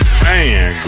man